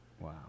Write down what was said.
Wow